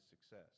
success